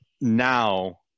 now